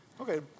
Okay